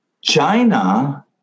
China